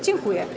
Dziękuję.